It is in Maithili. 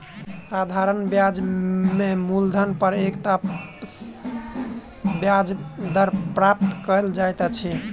साधारण ब्याज में मूलधन पर एकता ब्याज दर प्राप्त कयल जाइत अछि